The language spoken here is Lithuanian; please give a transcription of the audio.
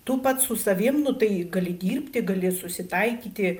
tu pats su savim nu tai gali dirbti gali susitaikyti